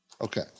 Okay